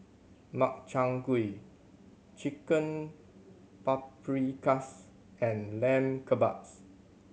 Makchang Gui Chicken Paprikas and Lamb Kebabs